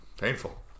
painful